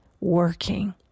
working